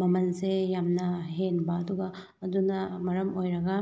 ꯃꯃꯜꯁꯦ ꯌꯥꯝꯅ ꯍꯦꯟꯕ ꯑꯗꯨꯒ ꯑꯗꯨꯅ ꯃꯔꯝ ꯑꯣꯏꯔꯒ